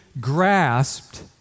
grasped